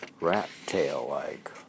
rat-tail-like